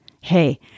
Hey